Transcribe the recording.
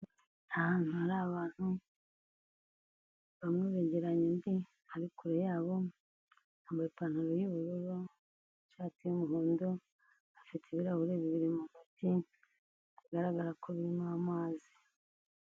Ahantu hari abantu bamwe begeranye undi ari kure yambaye ipantaro y'ubururu, ishati y'umuhondo afite ibirahuri bibiri mu ntoki bigaragara ko birimo amazi.